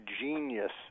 genius